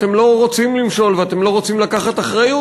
אתם לא רוצים למשול ואתם לא רוצים לקחת אחריות,